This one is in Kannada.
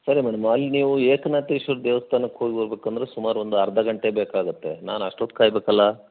ಸರಿ ಮೇಡಮ್ ಅಲ್ಲಿ ನೀವು ಏಕನಾಥೇಶ್ವರ ದೇವಸ್ಥಾನಕ್ಕೆ ಹೋಗಿ ಬರ್ಬೇಕಂದರೆ ಸುಮಾರು ಒಂದು ಅರ್ಧ ಗಂಟೆ ಬೇಕಾಗುತ್ತೆ ನಾನು ಅಷ್ಟೊತ್ತು ಕಾಯ್ಬೇಕಲ್ಲಾ